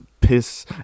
piss